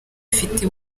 ifite